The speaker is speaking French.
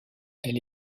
elle